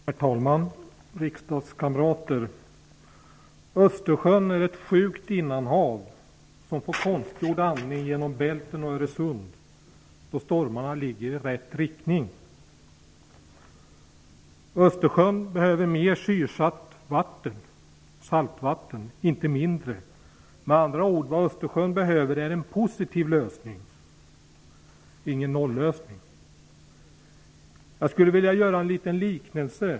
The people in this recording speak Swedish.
Herr talman! Riksdagskamrater! Östersjön är ett sjukt innanhav, som får konstgjord andning genom Bälten och Öresund, då stormarna blåser i rätt riktning. Östersjön behöver mer syresatt saltvatten, inte mindre. Vad Östersjön behöver är med andra ord en positiv lösning och ingen nollösning. Jag skulle vilja göra en liten jämförelse.